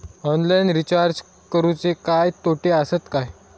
Online recharge करुचे काय तोटे आसत काय?